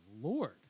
Lord